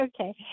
Okay